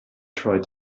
tried